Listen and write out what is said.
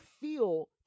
feel